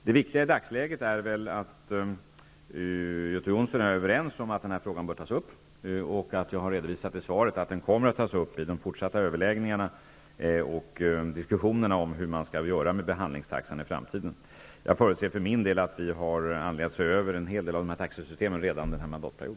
Det viktiga i dagsläget är väl att Göte Jonsson och jag är överens om att den här frågan bör tas upp. I svaret har jag också redovisat att frågan kommer att tas upp vid de fortsatta överläggningarna och diskussionerna om hur man skall göra med behandlingstaxan i framtiden. Jag förutser för min del att vi redan under mandatperioden har anledning att se över en hel del av taxesystemen.